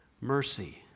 mercy